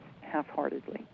half-heartedly